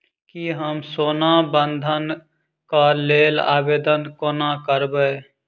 की हम सोना बंधन कऽ लेल आवेदन कोना करबै?